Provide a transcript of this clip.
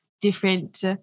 different